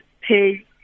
pay